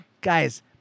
guys